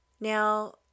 Now